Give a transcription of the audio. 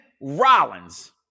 Rollins